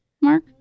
Mark